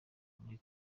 muri